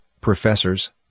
professors